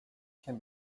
can